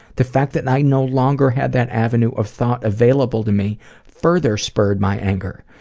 the fact that i no longer had that avenue of thought available to me further spurred my anger.